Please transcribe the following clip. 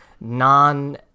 non